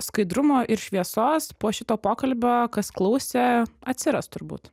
skaidrumo ir šviesos po šito pokalbio kas klausė atsiras turbūt